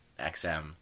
XM